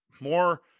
more